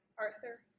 Arthur